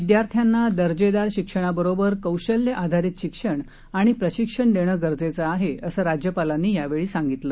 विद्यार्थ्यांना दर्जेदार शिक्षणाबरोबर कौशल्य आधारीत शिक्षण आणि प्रशिक्षण देणं गरजेचं आहे असं राज्यपालांनी यावेळी सांगितलं